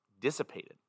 dissipated